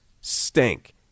stink